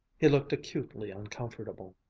he looked acutely uncomfortable.